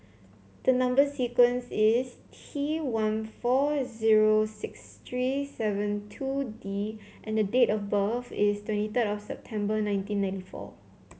the number sequence is T one four zero six three seven two D and the date of birth is twenty third of September nineteen ninety four